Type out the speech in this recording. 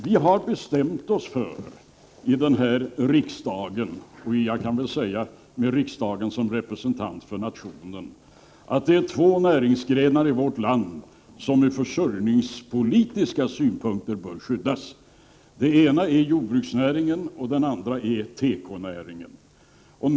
Vi har bestämt oss för i riksdagen — och jag kan väl säga riksdagen som representant för nationen — att det är två näringsgrenar i vårt land som ur försörjningspolitiska synpunkter bör skyddas. Den ena är jordbruksnäringen och den andra är tekonäringen.